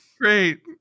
Great